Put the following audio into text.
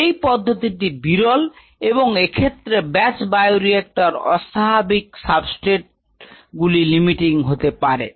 এই পদ্ধতিটি বিরল এবং এক্ষেত্রে ব্যাচ বায়োরিক্টর অস্বাভাবিক সাবস্ট্রেট গুলি লিমিটিং হতে পারে